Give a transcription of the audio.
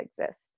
exist